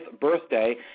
birthday